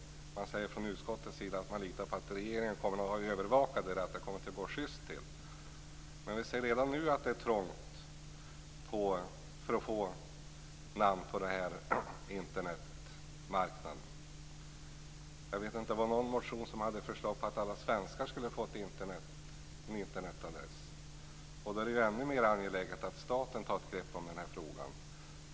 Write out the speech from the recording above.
Man säger från utskottets sida att man litar på att regeringen kommer att övervaka att det går schyst till. Men vi ser redan nu att det är trångt när det gäller att få namn på Internetmarknaden. Det var någon motion som innehöll förslag om att alla svenskar skulle få en Internetadress. Då är det ju ännu mer angeläget att staten tar ett grepp om den här frågan.